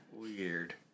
Weird